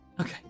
Okay